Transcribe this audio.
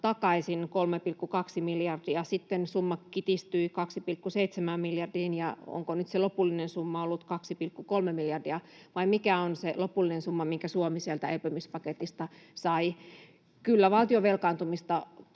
takaisin 3,2 miljardia, sitten summa kitistyi 2,7 miljardiin, ja onko se lopullinen summa nyt ollut 2,3 miljardia, vai mikä onkaan se lopullinen summa, minkä Suomi sieltä elpymispaketista sai. Kyllä valtion velkaantumista